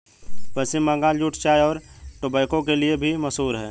पश्चिम Bengal jute चाय और tobacco के लिए भी मशहूर है